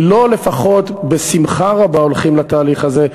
לא לפחות בשמחה רבה הולכים לתהליך הזה,